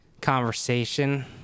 conversation